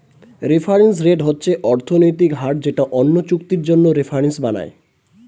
reference rate হচ্ছে অর্থনৈতিক হার যেটা অন্য চুক্তির জন্য রেফারেন্স বানায়